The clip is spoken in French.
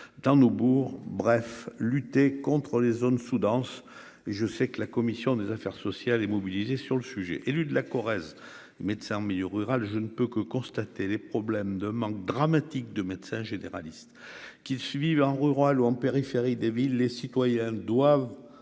dans nos bourgs bref lutter contres les zones sous-denses et je sais que la commission des affaires sociales et mobiliser sur le sujet, élu de la Corrèze médecins en milieu rural, je ne peux que constater les problèmes de manque dramatique de médecins généralistes qui suivent rural ou en périphérie des villes, les citoyens doivent